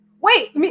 Wait